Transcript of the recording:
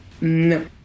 No